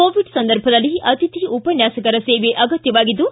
Covid ಸಂದರ್ಭದಲ್ಲಿ ಅತಿಥಿ ಉಪನ್ಯಾಸಕರ ಸೇವೆ ಅಗತ್ಯವಾಗಿದ್ದು